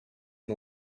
not